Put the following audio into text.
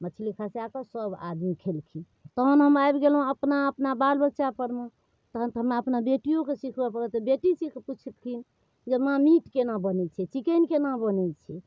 मछली खसाकऽ सभआदमी खेलखिन तहन हम आबि गेलहुँ अपना अपना बाल बच्चापरमे तहन तऽ हमरा अपन बेटिओके सिखबै पड़ल बेटी सीखि पुछथिन जे माँ मीट कोना बनै छै चिकन कोना बनै छै